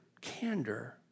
Candor